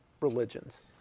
religions